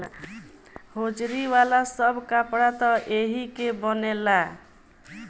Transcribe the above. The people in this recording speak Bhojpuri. होजरी वाला सब कपड़ा त एही के बनेला